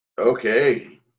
Okay